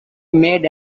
made